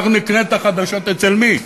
אנחנו נקנה את החדשות, אצל מי?